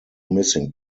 missing